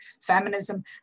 feminism